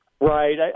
Right